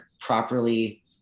properly